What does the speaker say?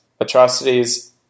Atrocities